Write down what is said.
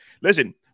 listen